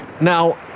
Now